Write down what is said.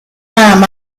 time